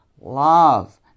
love